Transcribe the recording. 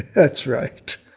that's right.